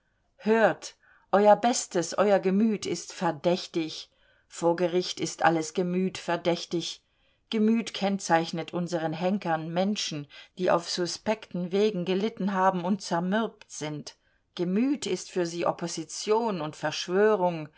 hört euer bestes euer gemüt ist verdächtig vor gericht ist alles gemüt verdächtig gemüt kennzeichnet unseren henkern menschen die auf suspekten wegen gelitten haben und zermürbt sind gemüt ist für sie opposition und verschwörung